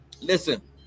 Listen